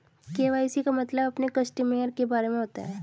KYC का मतलब अपने कस्टमर के बारे में होता है